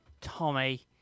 Tommy